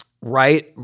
right